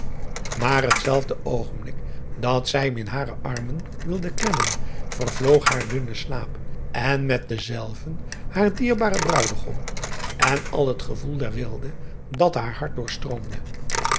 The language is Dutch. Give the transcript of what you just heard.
maar hetzelfde oogenblik dat zij hem in hare armen wilde klemmen vervloog haar dunne slaap en met denzelven haar dierbare bruidegom en al het gevoel der weelde dat haar hart